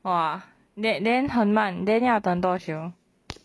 !wah! then then 很慢 then 要等多久